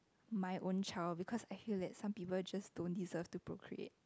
my own child because I feel that some people just don't deserve to procreate